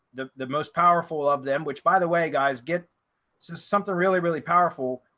the the most powerful of them, which by the way, guys get so something really, really powerful.